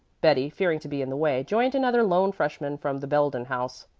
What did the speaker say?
betty, fearing to be in the way, joined another lone freshman from the belden house.